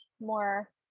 more